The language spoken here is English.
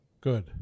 Good